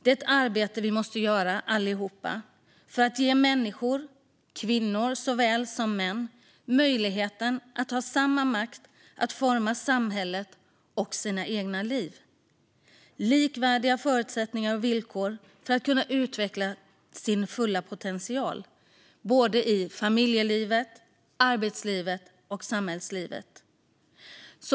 Det är ett arbete som vi måste göra allihop för att ge människor, kvinnor såväl som män, möjligheten att ha samma makt att forma samhället och sina egna liv, ge likvärdiga förutsättningar och villkor för att kunna utveckla sin fulla potential i såväl familjelivet som arbetslivet och samhällslivet.